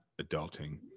adulting